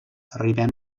arribem